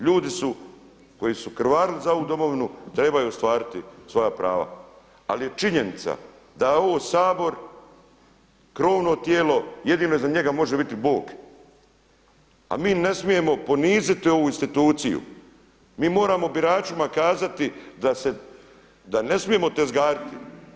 Ljudi su koji su krvarili za ovu domovinu trebaju ostvariti svoja prava, ali je činjenica da je ovo sabor krovno tijelo jedino iza njega može biti Bog, a mi ne smijemo poniziti ovu instituciju, mi moramo biračima kazati da ne smijemo tezgariti.